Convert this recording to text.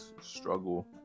struggle